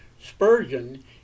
Spurgeon